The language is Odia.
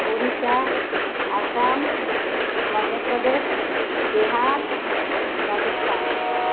ଓଡ଼ିଶା ଆସାମ ମଧ୍ୟପ୍ରଦେଶ ବିହାର ରାଜସ୍ଥାନ